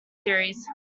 theories